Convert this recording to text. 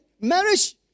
marriage